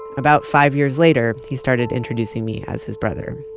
about five years later, he started introducing me as his brother.